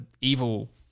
evil